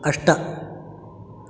अष्ट